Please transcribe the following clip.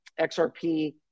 XRP